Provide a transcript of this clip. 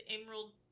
Emerald